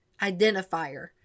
identifier